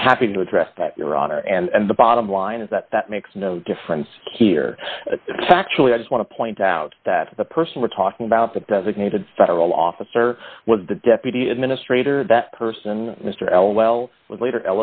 i'm happy to address that your honor and the bottom line is that that makes no difference here factually i just want to point out that the person we're talking about the designated federal officer was the deputy administrator that person mr l l was later